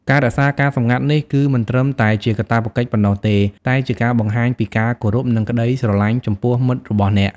ការរក្សាការសម្ងាត់នេះគឺមិនត្រឹមតែជាកាតព្វកិច្ចប៉ុណ្ណោះទេ តែជាការបង្ហាញពីការគោរព និងក្តីស្រឡាញ់ចំពោះមិត្តរបស់អ្នក។